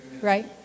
right